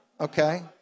Okay